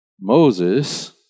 Moses